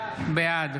בעד